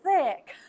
thick